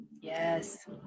yes